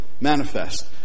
Manifest